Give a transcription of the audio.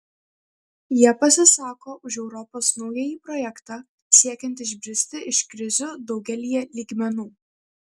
jie pasisako už europos naująjį projektą siekiant išbristi iš krizių daugelyje lygmenų